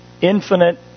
infinite